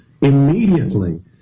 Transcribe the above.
immediately